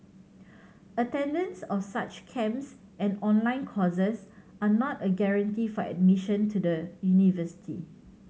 attendance of such camps and online courses are not a guarantee for admission to the university